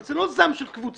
אבל זה לא זעם של קבוצה,